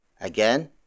Again